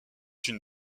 une